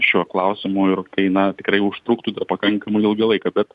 šiuo klausimu ir tai na tikrai užtruktų dar pakankamai ilgą laiką bet